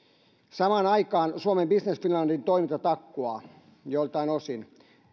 samaan aikaan suomen business finlandin toiminta takkuaa joiltain osin